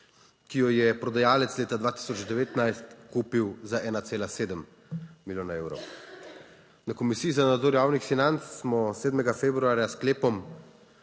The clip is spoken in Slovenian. ki jo je prodajalec leta 2019 kupil za 1,7 milijona evrov. Na Komisiji za nadzor javnih financ smo 7. februarja s sklepom